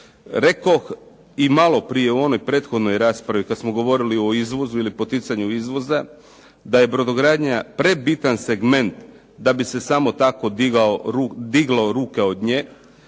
Rekoh i malo prije u onoj prethodnoj raspravi kad smo govorili o izvozu ili poticanju izvoza da je brodogradnja prebitan segment da bi se samo tako diglo ruke od nje.